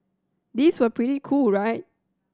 these were pretty cool right